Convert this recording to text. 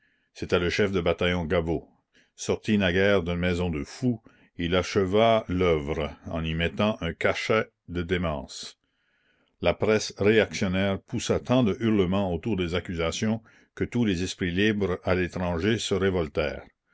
était chargé c'était le chef de bataillon gaveau sorti naguère d'une maison de fous il acheva l'œuvre en y mettant un cachet de démence la presse réactionnaire poussa tant de hurlements autour des accusations que tous les esprits libres à l'étranger se révoltèrent